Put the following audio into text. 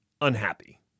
unhappy